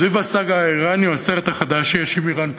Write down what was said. סביב הסאגה האיראנית או הסרט החדש שיש עם איראן כרגע.